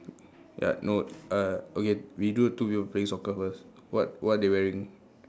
ya no uh okay we do the two people playing soccer first what what they wearing